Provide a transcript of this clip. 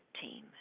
team